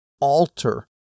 alter